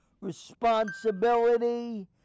responsibility